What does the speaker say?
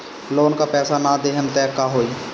Loan का पैस न देहम त का होई?